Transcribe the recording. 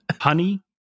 Honey